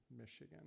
Michigan